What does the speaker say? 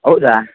ಹೌದಾ